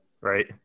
right